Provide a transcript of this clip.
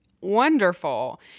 wonderful